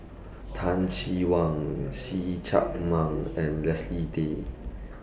Teh Cheang Wan See Chak Mun and Leslie Tay